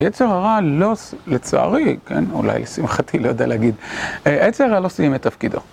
יצר הרע, לא... לצערי, אולי לשמחתי, לא יודע להגיד, יצר הרע לא סיים את תפקידו.